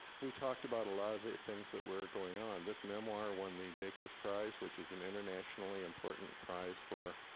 we talked about a lot of the things that were going on. this memoir won the bakeless prize, which is an internationally important prize for,